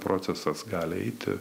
procesas gali eiti